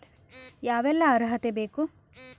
ಯಾವೆಲ್ಲ ಅರ್ಹತೆ ಬೇಕು?